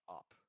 up